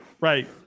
right